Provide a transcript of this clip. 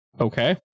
Okay